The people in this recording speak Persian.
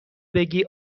بگی